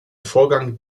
vorgang